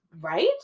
Right